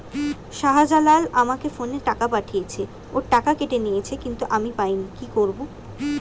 শাহ্জালাল আমাকে ফোনে টাকা পাঠিয়েছে, ওর টাকা কেটে নিয়েছে কিন্তু আমি পাইনি, কি করব?